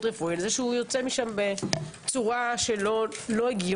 רפואי לזה שהוא יוצא משם בצורה לא הגיונית.